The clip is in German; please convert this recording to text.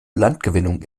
landgewinnung